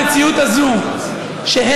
במציאות הזאת הם,